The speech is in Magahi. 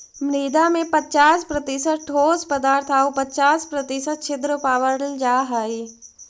मृदा में पच्चास प्रतिशत ठोस पदार्थ आउ पच्चास प्रतिशत छिद्र पावल जा हइ